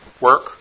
work